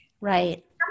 Right